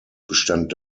bestand